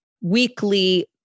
weekly